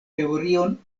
teorion